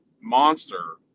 monster